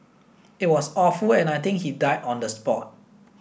it was awful and I think he died on the spot